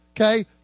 okay